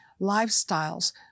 lifestyles